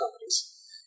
companies